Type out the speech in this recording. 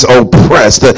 oppressed